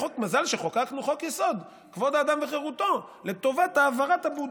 מזל שחוקקנו את חוק-יסוד: כבוד האדם וחירותו לטובת העברת הבודקה.